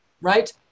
right